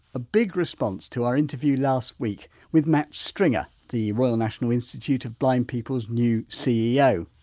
a big response to our interview last week with matt stringer, the royal national institute of blind people's new ceo.